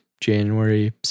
January